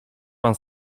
pan